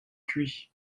cuit